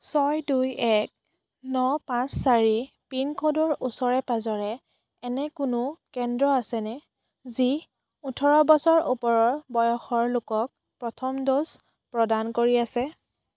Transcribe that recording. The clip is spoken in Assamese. ছয় দুই এক ন পাঁচ চাৰি পিন ক'ডৰ ওচৰে পাজৰে এনে কোনো কেন্দ্ৰ আছেনে যি ওঠৰ বছৰ ওপৰৰ বয়সৰ লোকক প্ৰথম ড'জ প্ৰদান কৰি আছে